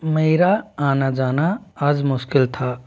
मेरा आना जाना आज मुश्किल था